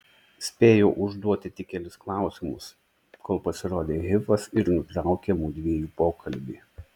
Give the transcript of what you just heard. spėjau užduoti tik kelis klausimus kol pasirodė hifas ir nutraukė mudviejų pokalbį